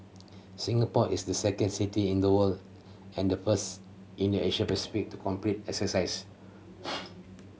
Singapore is the second city in the world and the first in the Asia Pacific to complete exercise